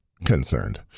Concerned